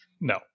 No